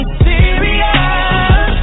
serious